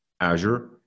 Azure